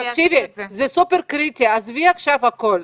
תקשיבי, זה סופר קריטי, עזבי עכשיו הכול.